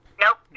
Nope